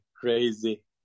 crazy